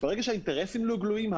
ברגע שהאינטרסים לא גלויים,